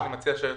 אני מציע שהיועץ